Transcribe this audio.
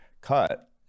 cut